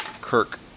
Kirk